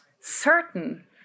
certain